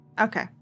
Okay